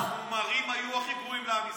המומרים היו הכי גרועים לעם ישראל.